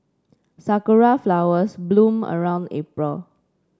sakura flowers bloom around April